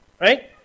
right